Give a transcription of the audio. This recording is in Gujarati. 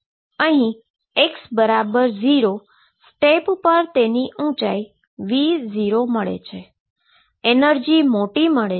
તો અહીં x0 સ્ટેપ પર તેની ઉંચાઈ V0 મળે છે એનર્જી મોટી મળે છે